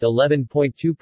11.2%